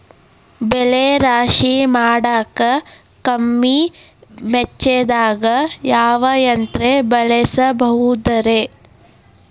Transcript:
ಬೆಳೆ ರಾಶಿ ಮಾಡಾಕ ಕಮ್ಮಿ ವೆಚ್ಚದಾಗ ಯಾವ ಯಂತ್ರ ಬಳಸಬಹುದುರೇ?